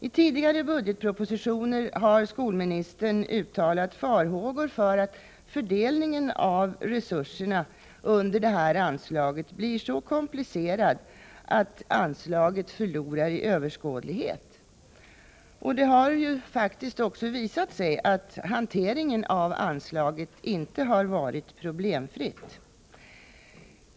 I tidigare budgetpropositioner har skolministern uttalat farhågor för att fördelningen av resurserna under detta anslag blir så komplicerad att anslaget förlorar i överskådlighet. Det har också visat sig att hanteringen av anslaget inte har varit problemfri.